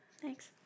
thanks